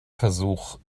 versuch